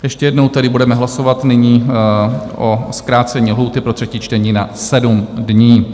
Ještě jednou tedy budeme hlasovat nyní o zkrácení lhůty pro třetí čtení na 7 dní.